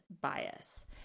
bias